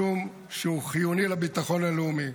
משום שהוא חיוני לביטחון הלאומי.